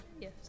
yes